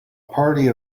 party